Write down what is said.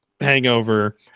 hangover